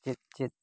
ᱪᱮᱫ ᱪᱮᱫ